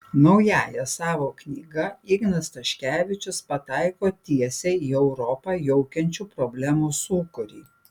naująja savo knyga ignas staškevičius pataiko tiesiai į europą jaukiančių problemų sūkurį